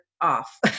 off